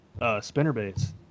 spinnerbaits